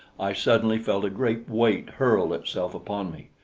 i suddenly felt a great weight hurl itself upon me.